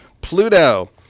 Pluto